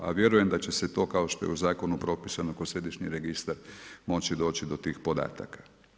A vjerujem da će se to kao što je u zakonu propisano ko središnji registar moći doći do tih podataka.